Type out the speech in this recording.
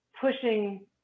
pushing